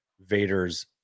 vader's